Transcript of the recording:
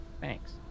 Thanks